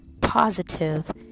positive